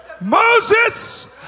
Moses